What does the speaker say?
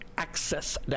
Access